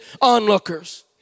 onlookers